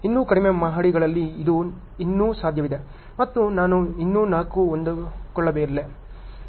ಇನ್ನೂ ಕಡಿಮೆ ಮಹಡಿಗಳಲ್ಲಿ ಇದು ಇನ್ನೂ ಸಾಧ್ಯವಿದೆ ಮತ್ತು ನಾನು ಇನ್ನೂ 4 ಕ್ಕೆ ಹೊಂದಿಕೊಳ್ಳಬಲ್ಲೆ